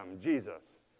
Jesus